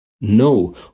no